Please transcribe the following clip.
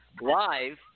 live